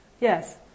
Yes